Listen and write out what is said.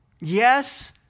Yes